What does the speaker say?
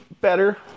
better